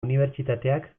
unibertsitateak